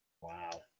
Wow